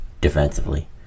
defensively